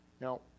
now